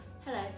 Hello